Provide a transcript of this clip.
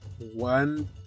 one